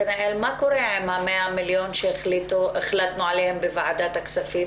מה קורה עם ה-100 מיליון שהחלטנו עליהם בוועדת כספים?